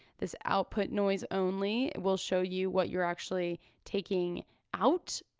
this output noise only will show you what you're actually taking out.